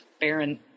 Baron